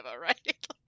right